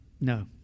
no